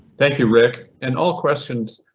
thank you, rick, and all questions.